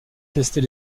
tester